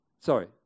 sorry